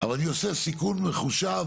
אתה רואה בניינים עם רגליים כאלה צרות,